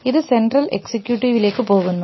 ഇത് സെൻട്രൽ എക്സിക്യൂട്ടീവ്ലേക്ക് പോകുന്നു